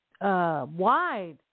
wide